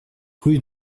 rue